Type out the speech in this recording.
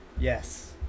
Yes